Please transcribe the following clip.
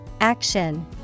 Action